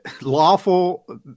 lawful